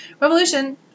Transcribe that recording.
Revolution